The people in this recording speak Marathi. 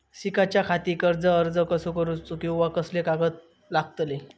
शिकाच्याखाती कर्ज अर्ज कसो करुचो कीवा कसले कागद लागतले?